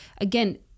again